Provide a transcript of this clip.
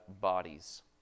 bodies